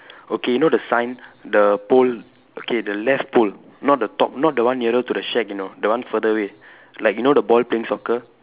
okay you know the sign the pole okay the left pole not the top not the one nearer to the shack you know the one further away like you know the boy playing soccer